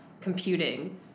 computing